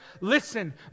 Listen